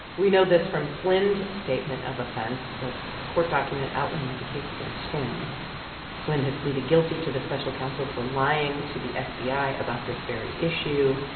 we know this from flynn's statement of offense. that's a court document outlining the case against him flynn has pleaded guilty to the special counsel for lying to the fbi about this very issue.